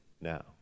now